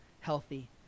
healthy